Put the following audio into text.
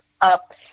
up